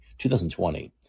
2020